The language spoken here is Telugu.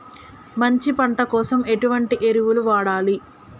మంచి పంట కోసం ఎటువంటి ఎరువులు వాడాలి?